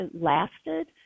lasted